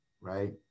right